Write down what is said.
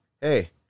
hey